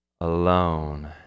alone